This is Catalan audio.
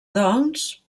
doncs